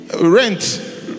Rent